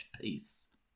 peace